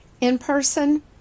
In-person